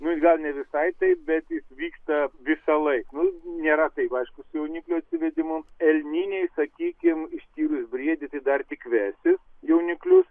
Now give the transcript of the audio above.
nu gal ne visai taip bet jis vyksta visąlaik nėra taip aišku su jauniklių atsivedimu elniniai sakykim išskyrus briedį tai dar tik vesis jauniklius